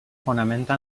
fonamenta